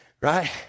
right